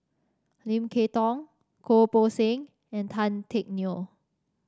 Lim Kay Tong Goh Poh Seng and Tan Teck Neo